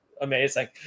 amazing